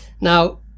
Now